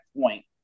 point